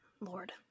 Lord